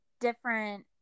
different